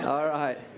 um alright.